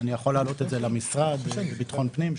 אני יכול להעלות את זה למשרד לביטחון פנים.